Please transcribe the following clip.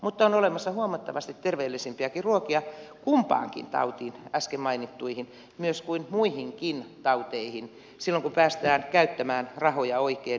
mutta on olemassa huomattavasti terveellisempiäkin ruokia kumpaankin äsken mainittuun tautiin kuten myös muihin tauteihin silloin kun päästään käyttämään rahoja oikein